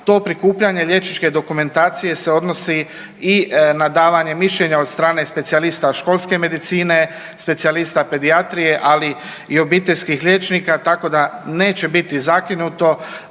To prikupljanje liječničke dokumentacije se odnosi i na davanje mišljenja od strane specijalista školske medicine, specijalista pedijatrije, ali i obiteljskih liječnika tako da neće biti zakinuto.